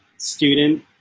student